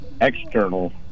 external